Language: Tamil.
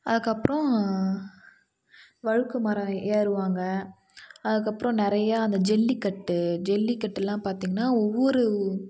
அதுக்கப்புறோம் வழுக்கு மரம் ஏறுவாங்க அதுக்கப்புறோம் நிறைய அந்த ஜல்லிக்கட்டு ஜல்லிக்கட்டுலாம் பார்த்திங்னா ஒவ்வொரு